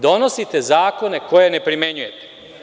Donosite zakone koje ne primenjujete.